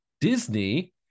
Disney